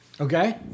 Okay